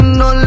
no